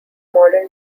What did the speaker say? modern